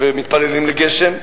ומתפללים לגשם,